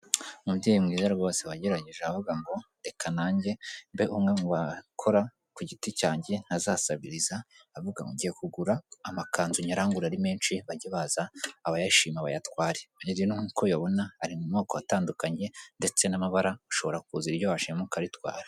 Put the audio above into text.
Umubyeyi mwiza rwose wagerageje aravuga ngo reka nanjye mbe umwe mu bakora ku giti cyanjye, ntazasabiriza aravuga ngo ngiye kugura amakanzu nyarangure ari menshi, bajye baza abayashima bayatware. Nk'uko uyabona ari mu moko atandukanye, ndetse n'amabara ushobora kuza iryo washima ukaritwara.